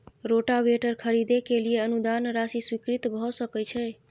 Rotavator खरीदे के लिए अनुदान राशि स्वीकृत भ सकय छैय?